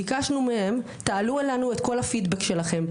ביקשנו מהם תעלו אלינו את כל הפידבק שלכם.